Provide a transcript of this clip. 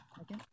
Okay